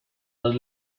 dos